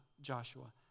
Joshua